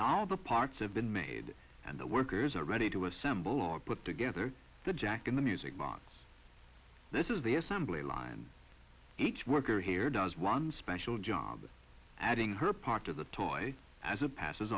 knol the parts of been made and the workers are ready to assemble all put together the jack in the music box this is the assembly line each worker here does one special job adding her part to the toy as a passes